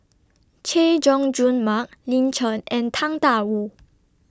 Chay Jung Jun Mark Lin Chen and Tang DA Wu